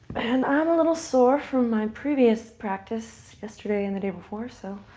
and i'm a little sore from my previous practice yesterday and the day before, so